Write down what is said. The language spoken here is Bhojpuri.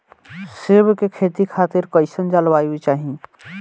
सेब के खेती खातिर कइसन जलवायु चाही?